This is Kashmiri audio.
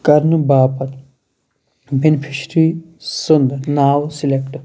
کَرنہٕ باپتھ بیٚنِفشری سُنٛد ناو سِلیکٹہٕ